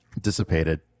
dissipated